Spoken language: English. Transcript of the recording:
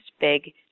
big